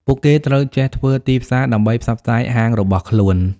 ពួកគេត្រូវចេះធ្វើទីផ្សារដើម្បីផ្សព្វផ្សាយហាងរបស់ខ្លួន។